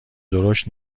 درشت